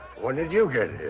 did you get